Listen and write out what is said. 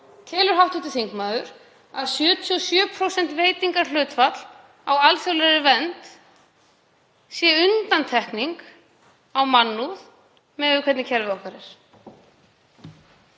Telur hv. þingmaður að 77% veitingarhlutfall á alþjóðlegri vernd sé undantekning á mannúð miðað við hvernig kerfið okkar er?